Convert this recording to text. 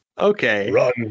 Okay